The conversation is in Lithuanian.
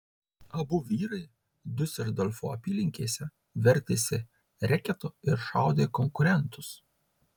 abu vyrai diuseldorfo apylinkėse vertėsi reketu ir šaudė konkurentus